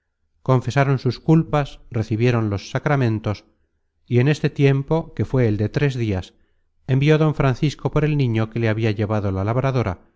confesaron sus culpas recibieron los sacramentos y en este tiempo que fué el de tres dias envió don francisco por el niño que le habia llevado la labradora